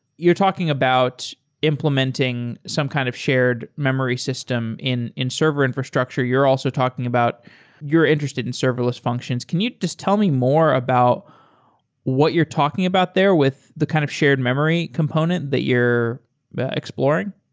you're talking about implementing some kind of shared memory system in in server infrastructure. you're also talking about you're interested in serverless functions. can you just tell me more about what you're talking about there with the kind of shared memory component that you're exploring?